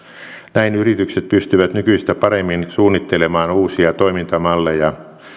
näin yritykset pystyvät nykyistä paremmin suunnittelemaan uusia toimintamalleja